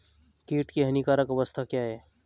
कीट की हानिकारक अवस्था क्या है?